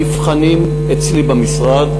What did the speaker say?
נבחנים אצלי במשרד.